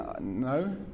no